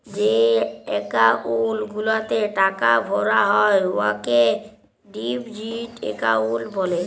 যে একাউল্ট গুলাতে টাকা ভরা হ্যয় উয়াকে ডিপজিট একাউল্ট ব্যলে